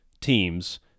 teams